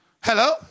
Hello